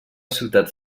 ciutat